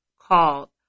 called